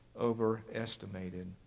overestimated